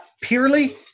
purely